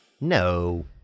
No